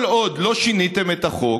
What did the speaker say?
כל עוד לא שיניתם את החוק,